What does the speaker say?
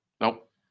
nope